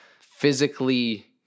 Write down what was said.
physically